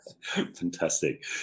Fantastic